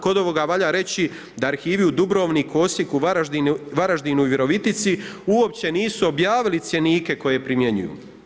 Kod ovoga valja reći, da arhivi u Dubrovniku, Osijeku, Varaždinu i Virovitici, uopće nisu objavili cjenike koji primjenjuju.